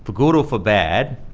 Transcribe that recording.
for good or for bad,